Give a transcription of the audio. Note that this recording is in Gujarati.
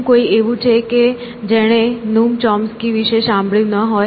શું કોઈ એવું છે કે જેણે નૂમ ચોમ્સ્કી વિશે સાંભળ્યું ન હોય